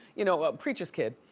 you know, a preacher's kid.